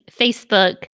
Facebook